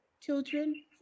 children